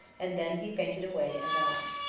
and then he fainted away and died.